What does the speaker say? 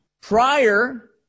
prior